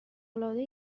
العاده